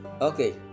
okay